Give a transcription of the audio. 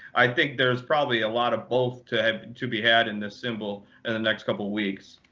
i think there's probably a lot of both to to be had in this symbol in the next couple of weeks.